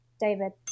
David